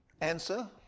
Answer